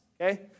Okay